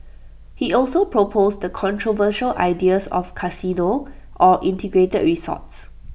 he also proposed the controversial ideas of casinos or integrated resorts